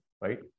right